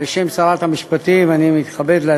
נסים זאב, היא נקלטה, אז 21 בעד.